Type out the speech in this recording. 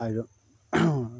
আয়োজন